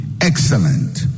excellent